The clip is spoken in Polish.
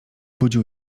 budził